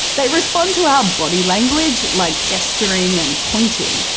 they respond to our body language, like gesturing and pointing,